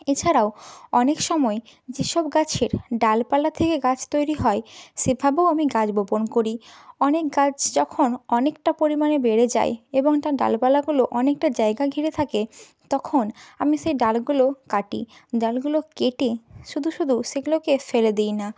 এছাড়াও অনেক সময় যে সব গাছের ডালপালা থেকে গাছ তৈরি হয় সেভাবেও আমি গাছ বপণ করি অনেক গাছ যখন অনেকটা পরিমাণে বেড়ে যায় এবং তার ডালপালাগুলো অনেকটা জায়গা ঘিরে থাকে তখন আমি সেই ডালগুলো কাটি ডালগুলো কেটে শুধু শুধু সেগুলোকে ফেলে দিই না